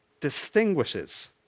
distinguishes